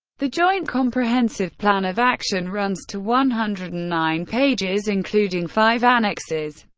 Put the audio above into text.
the joint comprehensive plan of action runs to one hundred and nine pages, including five annexes.